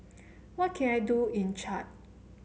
what can I do in Chad